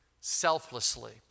selflessly